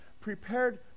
prepared